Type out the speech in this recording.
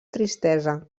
tristesa